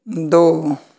दो